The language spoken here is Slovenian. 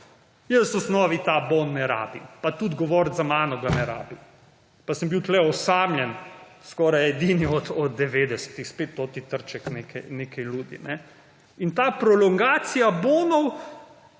Jaz v osnovi ta bon ne rabim pa tudi govorec za menoj ga ne rabi pa sem bil tukaj osamljen skoraj edini od 90 spet to ti Trček nekaj ludi. Ta prolongacija bonov